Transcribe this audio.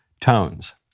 tones